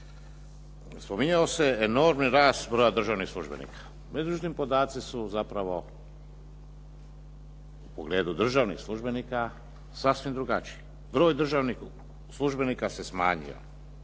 Spominjao se enormni rast broja državnih službenika, međutim podaci su zapravo u pogledu državnih službenika sasvim drugačiji. Broj državnih službenika se smanjio,